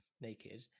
naked